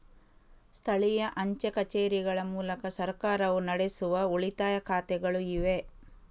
ಸ್ಥಳೀಯ ಅಂಚೆ ಕಚೇರಿಗಳ ಮೂಲಕ ಸರ್ಕಾರವು ನಡೆಸುವ ಉಳಿತಾಯ ಖಾತೆಗಳು ಇವೆ